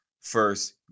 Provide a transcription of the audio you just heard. first